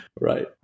Right